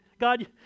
God